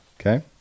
Okay